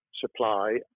supply